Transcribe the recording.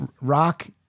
rock